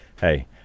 Hey